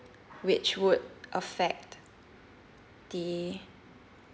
which would affect the